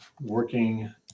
working